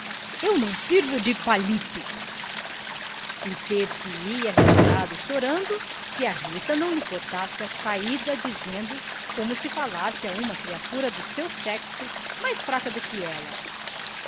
eu não sirvo de palito e ter se ia retirado chorando se a rita não lhe cortasse a saída dizendo como se falasse a uma criatura do seu sexo mais fraca do que ela